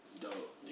Dope